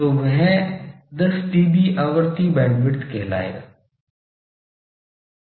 तो वह 10 डीबी आवृत्ति बैंडविड्थ कहा जाएगा